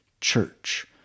church